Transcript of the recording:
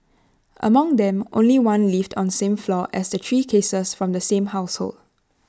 among them only one lived on same floor as the three cases from the same household